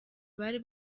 bari